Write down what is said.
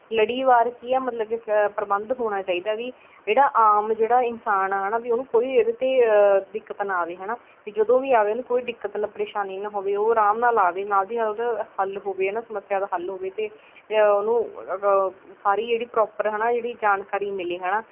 ਲੜੀਵਾਰ ਕੀ ਹੈ ਮਤਲਬ ਕਿ ਸ ਪ੍ਰਬੰਧ ਹੋਣਾ ਚਾਹੀਦਾ ਵੀ ਜਿਹੜਾ ਆਮ ਜਿਹੜਾ ਇਨਸਾਨ ਆ ਹੈ ਨਾ ਵੀ ਉਹਨੂੰ ਕੋਈ ਇਹਦੇ 'ਤੇ ਦਿੱਕਤ ਨਾ ਆਵੇ ਹੈ ਨਾ ਵੀ ਜਦੋਂ ਵੀ ਆਵੇ ਉਹਨੂੰ ਕੋਈ ਦਿੱਕਤ ਪਰੇਸ਼ਾਨੀ ਨਾ ਹੋਵੇ ਉਹ ਆਰਾਮ ਨਾਲ ਆਵੇ ਨਾਲ ਦੀ ਨਾਲ ਉਹਦਾ ਹੱਲ ਹੋਵੇ ਹੈ ਨਾ ਸਮੱਸਿਆ ਦਾ ਹੱਲ ਹੋਵੇ ਅਤੇ ਉਹਨੂੰ ਸਾਰੀ ਜਿਹੜੀ ਪ੍ਰੋਪਰ ਹੈ ਨਾ ਜਿਹੜੀ ਜਾਣਕਾਰੀ ਮਿਲੀ ਹੈ ਨਾ